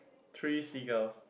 three seagulls